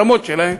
ברמות שלהם,